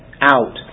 out